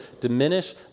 diminish